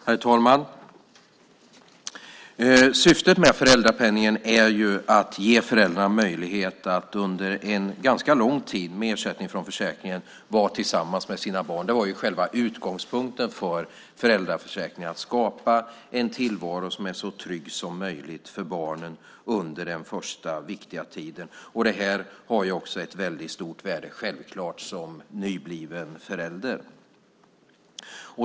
Herr talman! Syftet med föräldrapenningen är att ge föräldrarna möjlighet att under en ganska lång tid med ersättning från försäkringen vara tillsammans med sina barn. Det var själva utgångspunkten för föräldraförsäkringen - att skapa en tillvaro som är så trygg som möjligt för barnen under den första viktiga tiden. Detta har självklart också ett väldigt stort värde för en nybliven förälder.